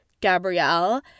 Gabrielle